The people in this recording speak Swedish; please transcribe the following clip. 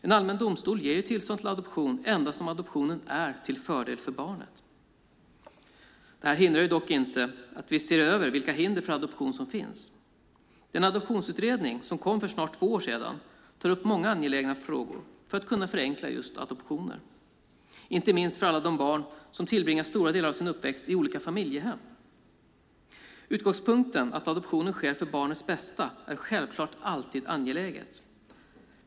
En allmän domstol ger tillstånd till adoption endast om adoptionen är till fördel för barnet. Detta hindrar dock inte att vi ser över vilka hinder för adoption som finns. Den adoptionsutredning som kom för snart två år sedan tar upp många angelägna frågor för att kunna förenkla adoptioner, inte minst för alla de barn som tillbringar stora delar av sin uppväxt i olika familjehem. Utgångspunkten att adoptionen sker för barnets bästa är självklart alltid angelägen.